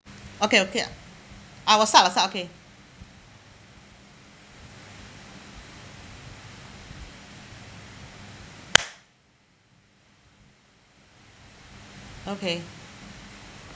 okay okay I will start I will start okay okay